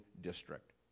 district